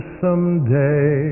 someday